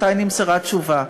מתי נמסרה תשובה.